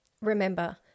Remember